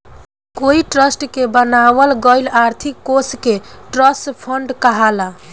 कोई ट्रस्ट के बनावल गईल आर्थिक कोष के ट्रस्ट फंड कहाला